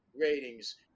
ratings